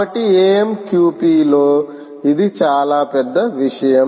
కాబట్టి AMQP లో ఇది చాలా పెద్ద విషయం